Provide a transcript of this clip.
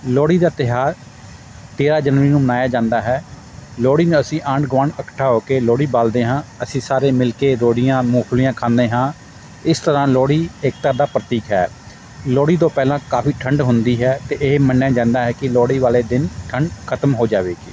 ਲੋਹੜੀ ਦਾ ਤਿਉਹਾਰ ਤੇਰਾਂ ਜਨਵਰੀ ਨੂੰ ਮਨਾਇਆ ਜਾਂਦਾ ਹੈ ਲੋਹੜੀ ਨੂੰ ਅਸੀਂ ਆਂਢ ਗੁਆਂਢ ਇਕੱਠਾ ਹੋ ਕੇ ਲੋਹੜੀ ਬਾਲਦੇ ਹਾਂ ਅਸੀਂ ਸਾਰੇ ਮਿਲ ਕੇ ਰਿਉੜੀਆਂ ਮੂੰਗਫਲੀਆਂ ਖਾਂਦੇ ਹਾਂ ਇਸ ਤਰ੍ਹਾਂ ਲੋਹੜੀ ਏਕਤਾ ਦਾ ਪ੍ਰਤੀਕ ਹੈ ਲੋਹੜੀ ਤੋਂ ਪਹਿਲਾਂ ਕਾਫ਼ੀ ਠੰਡ ਹੁੰਦੀ ਹੈ ਅਤੇ ਇਹ ਮੰਨਿਆ ਜਾਂਦਾ ਹੈ ਕਿ ਲੋਹੜੀ ਵਾਲੇ ਦਿਨ ਠੰਡ ਖ਼ਤਮ ਹੋ ਜਾਵੇਗੀ